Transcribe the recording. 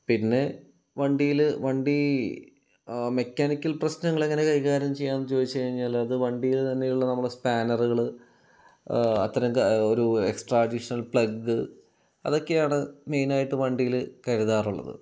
പിന്നെ വണ്ടിയിൽ വണ്ടി മെക്കാനിക്കൽ പ്രശ്നങ്ങൾ എങ്ങനെ കൈകാര്യം ചെയ്യാമെന്ന് ചോദിച്ച് കഴിഞ്ഞാൽ അത് വണ്ടിയിൽ തന്നെയുള്ള നമ്മളുടെ സ്പാനറുകൾ അത്തരം ക ഒരു എക്സ്ട്രാ അഡീഷനൽ പ്ലഗ് അതൊക്കെയാണ് മെയ്നായിട്ട് വണ്ടിയിൽ കരുതാറുള്ളത്